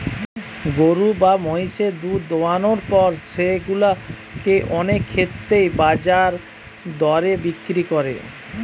গরু বা মহিষের দুধ দোহানোর পর সেগুলা কে অনেক ক্ষেত্রেই বাজার দরে বিক্রি করে